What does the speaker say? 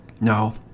No